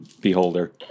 Beholder